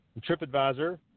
TripAdvisor